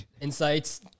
insights